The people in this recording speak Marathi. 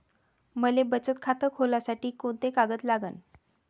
मले बचत खातं खोलासाठी कोंते कागद लागन?